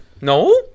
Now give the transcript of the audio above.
No